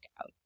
out